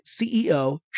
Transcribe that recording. CEO